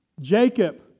Jacob